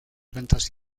ventas